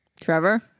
Trevor